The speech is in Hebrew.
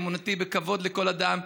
אמונתי בכבוד לכל אדם,